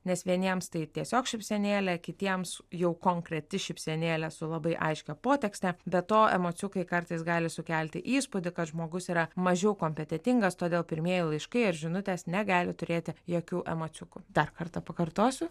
nes vieniems tai tiesiog šypsenėlė kitiems jau konkreti šypsenėlė su labai aiškia potekste be to emociukai kartais gali sukelti įspūdį kad žmogus yra mažiau kompetentingas todėl pirmieji laiškai ar žinutės negali turėti jokių emociukų dar kartą pakartosiu